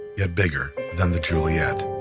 yet bigger than the juliette.